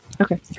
Okay